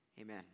amen